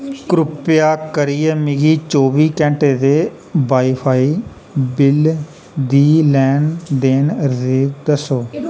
कृपा करियै मिगी चौह्बी घैंटे दे वाई फाई बिल दी लैन देन रसीद दस्सो